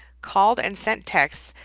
called and sent texts,